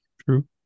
true